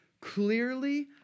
Clearly